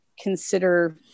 consider